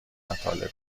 مطالب